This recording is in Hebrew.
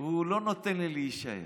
לא נותן לי להישאר.